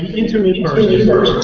into me personally,